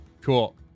Cool